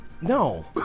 No